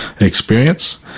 experience